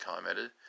commented